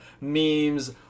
Memes